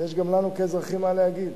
יש גם לנו, כאזרחים, מה להגיד.